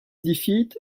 defeat